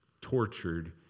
tortured